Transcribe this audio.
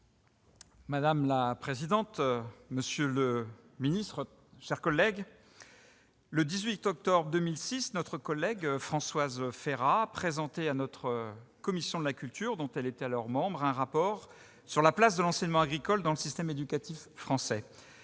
Madame la présidente, monsieur le ministre, mes chers collègues, le 18 octobre 2006, Françoise Férat présentait à notre commission de la culture, dont elle était alors membre, un rapport sur la place de l'enseignement agricole dans le système éducatif français.